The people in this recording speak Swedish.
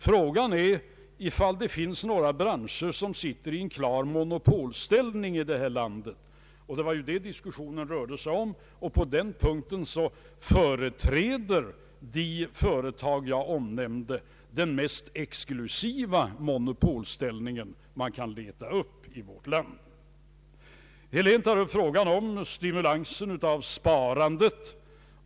Diskussionen gällde om det finns några branscher som har en klar monopolställning i vårt land, och på den punkten företräder de företag jag omnämnde den mest exklusiva monopolställning som man kan leta upp i vårt land. Herr Helén tar upp frågan om stimulans av sparandet.